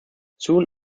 soon